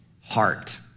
Heart